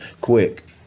quick